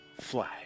fly